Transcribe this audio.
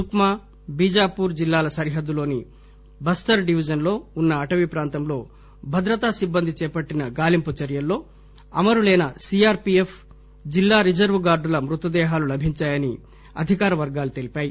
సుక్ మా బీజాపూర్ జిల్లాల సరిహద్దులోని బస్టర్ డివిజన్ లో ఉన్న అటవీ ప్రాంతంలో భద్రతా సిబ్బంది చేపట్టిన గాలింపు చర్యల్లో అమరులైన సి ఆర్ పీ ఎఫ్ జిల్లా రిజర్వ్ గార్డుల మృతదేహాలు లభించాయని అధికార వర్గాలు తెలిపాయి